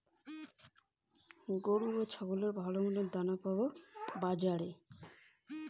গরু ও ছাগলের ভালো মানের খাবারের দানা কোথায় পাবো?